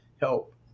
help